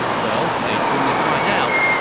well, stay tuned and find out,